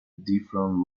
different